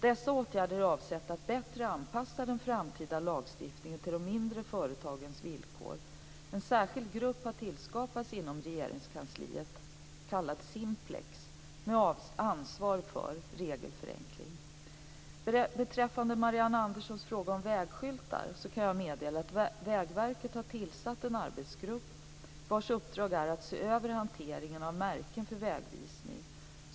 Dessa åtgärder är avsedda att bättre anpassa den framtida lagstiftningen till de mindre företagens villkor. En särskild grupp har tillskapats inom Regeringskansliet, kallad Simplex, med ansvar för regelförenkling. Beträffande Marianne Anderssons fråga om vägskyltar kan jag meddela att Vägverket har tillsatt en arbetsgrupp vars uppdrag är att se över hanteringen av märken för vägvisning.